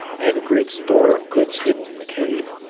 i have a great store of goods hidden in the cave.